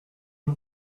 une